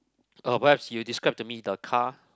perhaps you describe to me the car